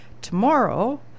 tomorrow